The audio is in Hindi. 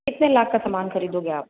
कितने लाख का सामान खरीदोगे आप